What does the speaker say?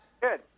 good